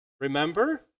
Remember